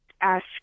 ask